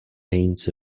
paints